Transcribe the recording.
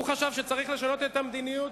הוא חשב שצריך לשנות את המדיניות,